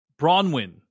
Bronwyn